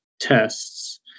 tests